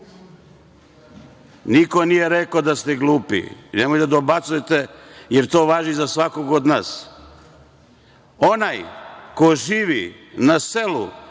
Niko nije rekao da ste glupi. Nemojte da dobacujete, jer to važi za svakog od nas. Onaj ko živi na selu